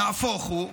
נהפוך הוא,